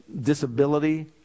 disability